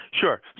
Sure